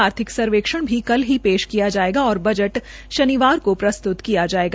आर्थिक सर्वेक्षण भी कल ही पेश किया जायेगा और बजट शनिवार को प्रस्त्रत किया जायेगा